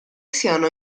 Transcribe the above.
siano